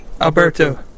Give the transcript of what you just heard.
Alberto